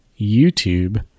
YouTube